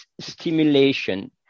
stimulation